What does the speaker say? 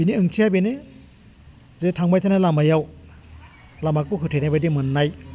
बिनि ओंथिया बेनो जे थांबाय थानाय लामायाव लामाखौ होथेनाय बायदि मोन्नाय